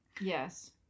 Yes